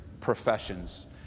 professions